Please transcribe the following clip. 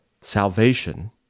salvation